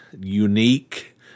unique